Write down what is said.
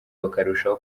bakarushaho